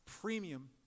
premium